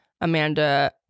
Amanda